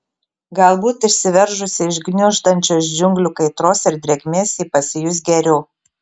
galbūt išsiveržusi iš gniuždančios džiunglių kaitros ir drėgmės ji pasijus geriau